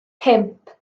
pump